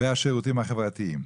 והשירותים החברתיים.